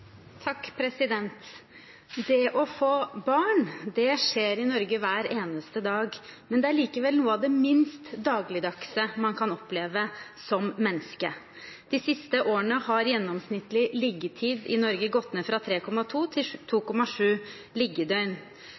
likevel noe av det minst dagligdagse man kan oppleve som menneske. De siste årene har gjennomsnittlig liggetid i Norge gått ned fra 3,2 til 2,7